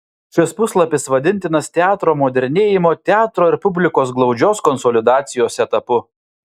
šis puslapis vadintinas teatro modernėjimo teatro ir publikos glaudžios konsolidacijos etapu